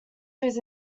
his